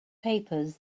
papers